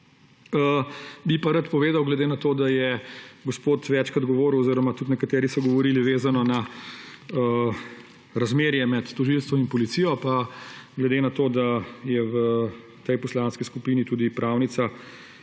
bi pa rad povedal, glede na to da je gospod večkrat govoril oziroma tudi nekateri so govorili vezano na razmerje med tožilstvom in policijo, pa glede na to, da je v tej poslanski skupini tudi pravnica,